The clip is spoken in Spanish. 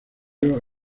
ellos